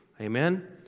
Amen